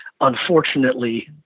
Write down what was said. unfortunately